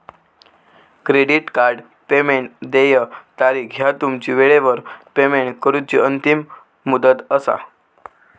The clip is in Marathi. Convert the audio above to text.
क्रेडिट कार्ड पेमेंट देय तारीख ह्या तुमची वेळेवर पेमेंट करूची अंतिम मुदत असा